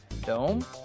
Dome